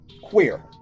queer